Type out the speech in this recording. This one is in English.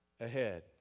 ahead